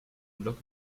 log